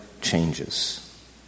changes